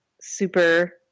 super